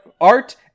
art